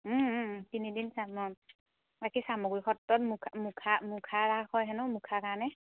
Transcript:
তিনিদিন চাম অঁ বাকী চামগুৰি সত্ৰত মুখা মুখা মুখাৰাস হয় হেনো মুখাৰ কাৰণে